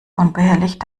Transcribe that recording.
unbehelligt